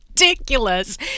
Ridiculous